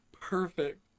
Perfect